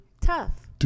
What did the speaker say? tough